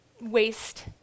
waste